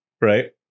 right